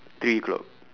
three o'clock